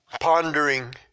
pondering